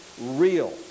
real